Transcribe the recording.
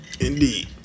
indeed